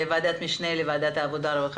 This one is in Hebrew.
הישיבה.